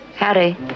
Harry